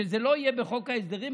שזה לא יהיה בחוק ההסדרים,